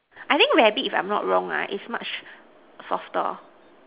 I think rabbit if I'm not wrong right is much softer